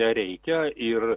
nereikia ir